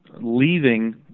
leaving